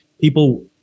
people